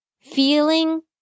Feeling